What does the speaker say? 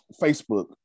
Facebook